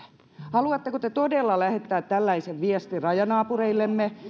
haluatteko te todella lähettää tällaisen viestin rajanaapureillemme